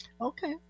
Okay